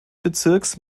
bezirks